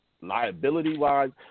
liability-wise